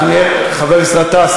חבר הכנסת באסל גטאס,